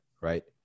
Right